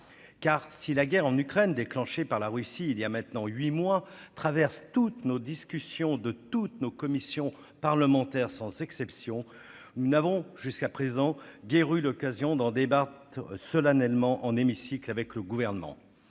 Si la guerre en Ukraine, déclenchée par la Russie il y a maintenant huit mois, traverse toutes les discussions de toutes nos commissions parlementaires, sans exception, nous n'avons jusqu'à présent guère eu l'occasion d'en débattre solennellement, en séance plénière, avec le Gouvernement.